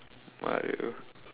uh you